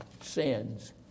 sins